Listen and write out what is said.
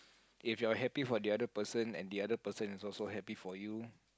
if you're happy for the other person and the other person is also happy for you